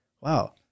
wow